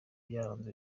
byaranze